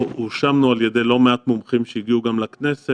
הואשמנו על ידי לא מעט מומחים שהגיעו גם לכנסת,